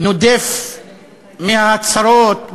נודף מההצהרות,